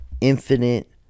infinite